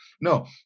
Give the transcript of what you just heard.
No